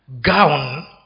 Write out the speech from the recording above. gown